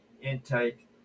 intake